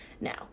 now